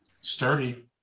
sturdy